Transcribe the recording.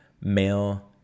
male